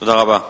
תודה רבה.